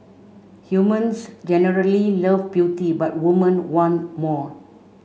humans generally love beauty but women want more